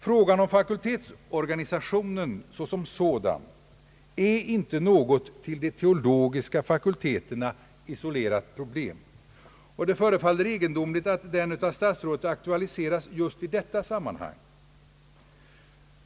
Frågan om fakultetsorganisationen såsom sådan är icke något till de teologiska fakulteterna isolerat problem, och det förefaller egendomligt att statsrådet aktualiserar den just i detta sammanhang.